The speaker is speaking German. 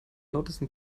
lautesten